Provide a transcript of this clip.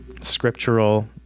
scriptural